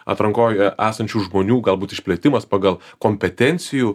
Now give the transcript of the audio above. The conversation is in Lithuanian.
atrankoj esančių žmonių galbūt išplėtimas pagal kompetencijų